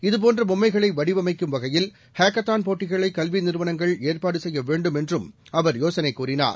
இதபோன்ற பொம்மைகளை வடிவமைக்கும் வகையில் ஹாக்கத்தான் போட்டிகளை கல்வி நிறுவனங்கள் ஏற்பாடு செய்ய வேண்டும் என்றும் அவர் யோசனை கூறினார்